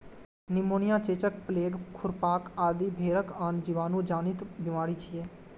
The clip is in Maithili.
निमोनिया, चेचक, प्लेग, खुरपका आदि भेड़क आन जीवाणु जनित बीमारी छियै